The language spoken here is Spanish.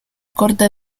corte